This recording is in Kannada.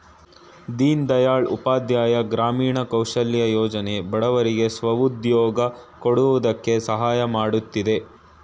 ದೀನ್ ದಯಾಳ್ ಉಪಾಧ್ಯಾಯ ಗ್ರಾಮೀಣ ಕೌಶಲ್ಯ ಯೋಜನೆ ಬಡವರಿಗೆ ಸ್ವ ಉದ್ಯೋಗ ಕೊಡಕೆ ಸಹಾಯ ಮಾಡುತ್ತಿದೆ